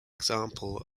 example